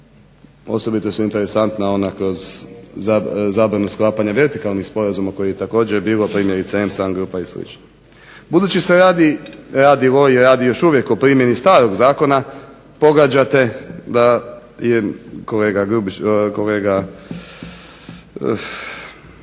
osobito su interesantna ona kroz zabranu sklapanja vertikalnih sporazuma kojih je također bilo M-SAN grupa i slično. Budući se radi i radi još uvijek o primjeni starog Zakona pogađate da je, kolega Vukšić je govorio